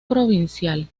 provincial